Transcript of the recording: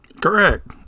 Correct